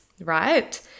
right